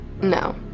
No